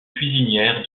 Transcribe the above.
cuisinière